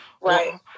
right